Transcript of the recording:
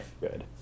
Good